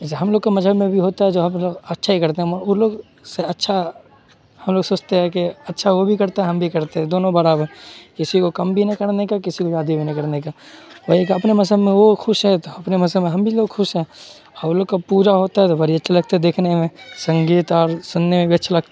جیسے لوگ مذہب میں بھی ہوتا ہے جو ہم لوگ اچھا ہی کرتے ہیں وہ لوگ سے اچھا ہم لوگ سوچتے ہیں کہ اچھا وہ بھی کرتا ہے ہم بھی کرتے ہیں دونوں برابر کسی کو کم بھی نہیں کرنے کا کسی کو زیادہ بھی نہیں کرنے کا وہی ایک اپنے مذہب میں وہ خوش ہے تو اپنے مذہب میں ہم بھی لوگ خوش ہیں اور وہ لوگ کا پوجا ہوتا ہے تو بڑا اچھا لگتا ہے دیکھنے میں سنگیت اور سننے میں بھی اچھا لگتا